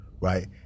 right